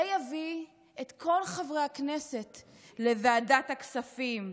זה יביא את כל חברי הכנסת לוועדת הכספים,